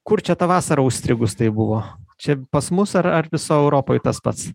kur čia ta vasara užstrigus taip buvo čia pas mus ar ar visoj europoj tas pats